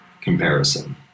comparison